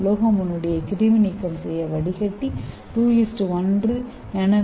உலோக முன்னோடியை கிருமி நீக்கம் செய்ய வடிகட்டி 2 1 எம்